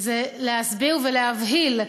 זה להסביר ולהבהיל,